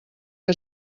que